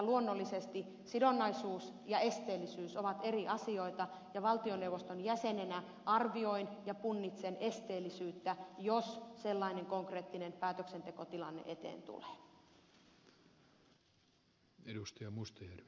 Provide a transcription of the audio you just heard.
luonnollisesti sidonnaisuus ja esteellisyys ovat eri asioita ja valtioneuvoston jäsenenä arvioin ja punnitsen esteellisyyttä jos sellainen konkreettinen päätöksentekotilanne eteen tulee